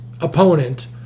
opponent